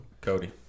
Cody